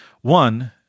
One